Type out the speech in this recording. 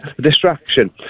distraction